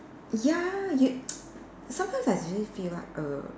ya you sometimes I really feel like err